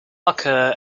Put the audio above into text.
occur